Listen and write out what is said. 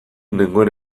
nengoen